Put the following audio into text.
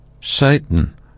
Satan